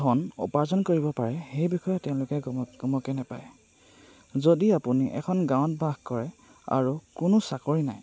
ধন উপাৰ্জন কৰিব পাৰে সেই বিষয়ে তেওঁলোকে গম গমকে নাপায় যদি আপুনি এখন গাঁৱত বাস কৰে আৰু কোনো চাকৰি নাই